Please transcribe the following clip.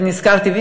נזכרתי.